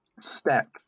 step